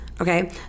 Okay